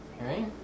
Right